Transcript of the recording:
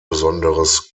besonderes